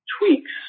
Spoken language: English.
tweaks